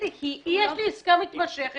אם יש לי עסקה מתמשכת,